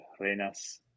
Renas